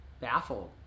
baffled